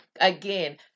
again